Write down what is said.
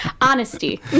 honesty